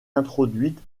introduite